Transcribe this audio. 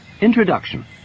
Introduction